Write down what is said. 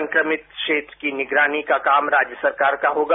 संक्रमित क्षेत्र को निगरानी का काम राज्य सरकार का होगा